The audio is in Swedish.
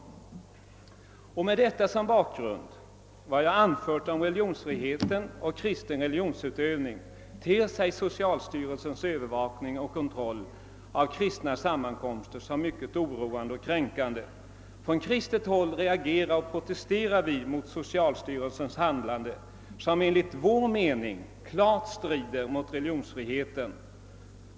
Mot bakgrunden av detta och vad jag anfört om religionsfriheten och kristen religionsutövning ter sig socialstyrelsens övervakning och kontroll av kristna sammankomster som mycket oroande och kränkande. Från kristet håll reagerar och protesterar vi mot socialstyrelsens handlande som enligt vår mening klart strider mot religionsfriheten.